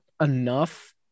enough